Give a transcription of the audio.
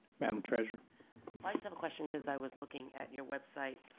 madam treasurer? i just have a question, because i was looking at your website